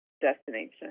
destination